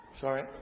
Sorry